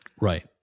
Right